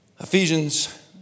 Ephesians